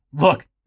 look